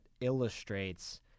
illustrates